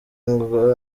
ngo